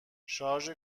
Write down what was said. شارژ